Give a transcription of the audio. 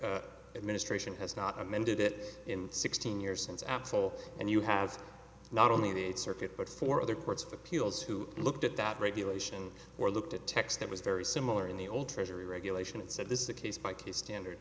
regs administration has not amended it in sixteen years since axel and you have not only that circuit but for other courts of appeals who looked at that regulation or looked at text that was very similar in the old treasury regulation and said this is a case by case standard